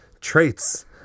traits